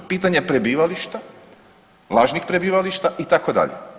Pitanje prebivališta, lažnih prebivališta itd.